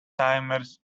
timers